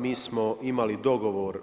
Mi smo imali dogovor